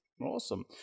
Awesome